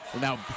now